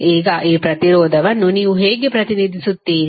ಈಗ ಈ ಪ್ರತಿರೋಧವನ್ನು ನೀವು ಹೇಗೆ ಪ್ರತಿನಿಧಿಸುತ್ತೀರಿ